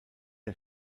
der